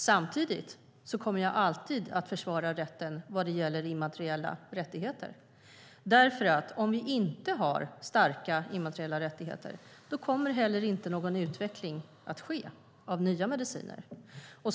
Samtidigt kommer jag alltid att försvara immateriella rättigheter, därför att om vi inte har starka immateriella rättigheter kommer heller inte någon utveckling av nya mediciner att ske.